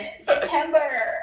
September